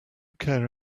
care